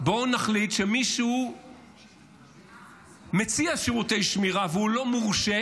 בואו נחליט שמי שמציע שירותי שמירה והוא לא מורשה,